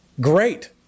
great